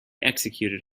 executed